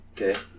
Okay